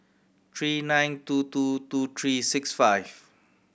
three nine two two two three six five